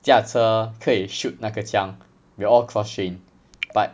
驾车可以 shoot 那个枪 we're all cross trained but